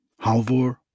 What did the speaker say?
Halvor